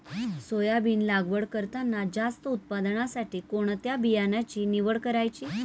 Soybean लागवड करताना जास्त उत्पादनासाठी कोणत्या बियाण्याची निवड करायची?